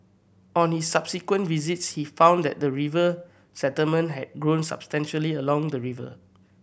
on his subsequent visits he found that the river settlement had grown substantially along the river